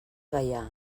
gaià